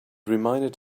reminded